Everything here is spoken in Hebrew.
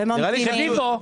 רביבו.